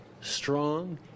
strong